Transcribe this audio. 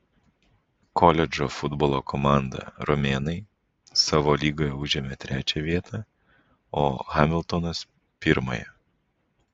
koledžo futbolo komanda romėnai savo lygoje užėmė trečią vietą o hamiltonas pirmąją